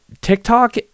TikTok